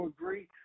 agree